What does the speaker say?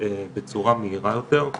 איך אנחנו בונים את הערים שלנו,